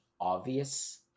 obvious